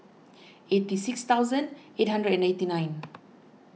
eighty six thousand eight hundred and eighty nine